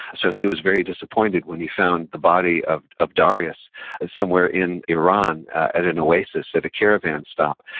so, he was very disappointed when he found the body of of darius somewhere in iran at an oasis at a caravan stop.